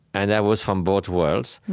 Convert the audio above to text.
and i was from both worlds,